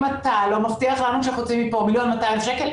אם אתה לא מבטיח לנו שאנחנו יוצאים מפה עם מיליון ו-200 אלף שקל,